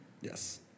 Yes